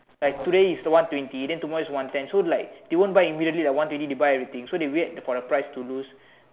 like today is the one twenty then tomorrow is one ten so like they won't buy immediately like one twenty they buy everything so they wait for the price to lose